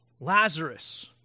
Lazarus